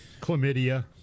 chlamydia